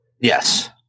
Yes